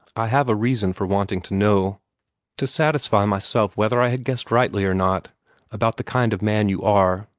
i have a reason for wanting to know to satisfy myself whether i had guessed rightly or not about the kind of man you are.